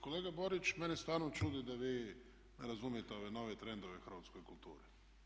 Kolega Borić, mene stvarno čudi da vi razumijete ove nove trendove u hrvatskoj kulturi.